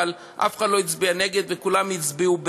אבל אף אחד לא הצביע נגד וכולם הצביעו בעד,